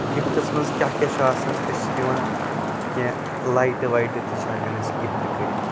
gifts منٛز کیاہ کیاہ چھُ آسَان أسۍ چھِ دِوَان کینٛہہلایٹہٕ وایٹہٕ تہِ چھِ ہؠکَان أسۍ گفٹہٕ کٔرِتھ